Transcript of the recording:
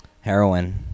Heroin